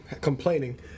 complaining